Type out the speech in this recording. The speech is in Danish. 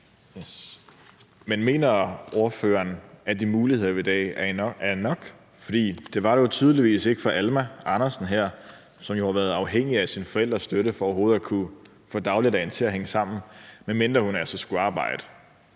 Men mener ordføreren, at de muligheder i dag er nok? For det var det jo tydeligvis nok ikke for Alma Andersen her, som jo har været afhængig af sine forældres støtte for overhovedet at kunne få dagligdagen til at hænge sammen, medmindre hun altså skulle arbejde